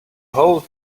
whole